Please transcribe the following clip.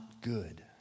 good